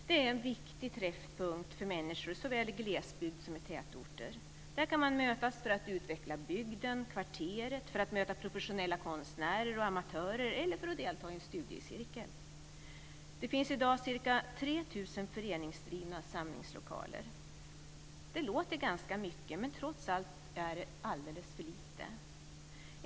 De är en viktig träffpunkt för människor såväl i glesbygd som i tätorter. Där kan man mötas för att utveckla bygden och kvarteret, för att möta professionella konstnärer och amatörer eller för att delta i en studiecirkel. Det finns i dag ca 3 000 föreningsdrivna samlingslokaler. Det låter ganska mycket, men trots allt är det alldeles för lite.